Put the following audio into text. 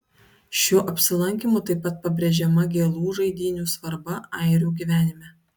šiuo apsilankymu taip pat pabrėžiama gėlų žaidynių svarba airių gyvenime